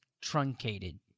truncated